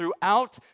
Throughout